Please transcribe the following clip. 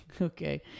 okay